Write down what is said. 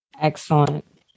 Excellent